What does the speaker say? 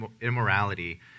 immorality